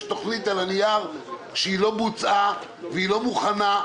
יש תוכנית על הנייר שלא בוצעה והיא לא מוכנה,